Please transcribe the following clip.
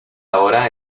ahora